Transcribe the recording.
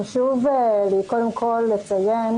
חשוב לציין